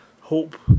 hope